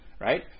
Right